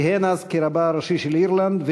כיהן אז כרבה הראשי של אירלנד,